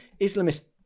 Islamist